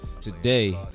Today